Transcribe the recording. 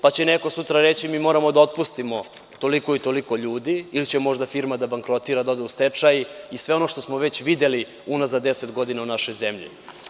Pa će neko sutra reći – mi moramo da otpustimo toliko i toliko ljudi, ili će možda firma da bankrotira, da ode u stečaj i sve ono što smo već videli unazad deset godina u našoj zemlji.